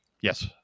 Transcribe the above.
Yes